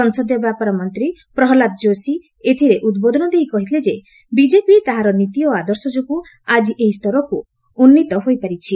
ସଂସଦୀୟ ବ୍ୟାପାର ମନ୍ତ୍ରୀ ପ୍ରହଲ୍ଲୁଦ ଯୋଶୀ ଏଥିରେ ଉଦ୍ବୋଧନ ଦେଇ କହିଥିଲେ ବିକେପି ତାହାର ନୀତି ଓ ଆଦର୍ଶ ଯୋଗୁଁ ଆକି ଏହି ସ୍ତରକୁ ଉନ୍ନୀତ ହୋଇପାରିଛି